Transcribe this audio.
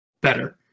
better